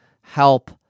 help